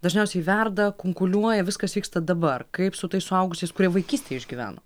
dažniausiai verda kunkuliuoja viskas vyksta dabar kaip su tais suaugusiais kurie vaikystėj išgyveno